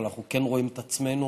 אבל אנחנו כן רואים את עצמנו